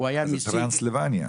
זה טרנסילבניה,